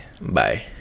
Bye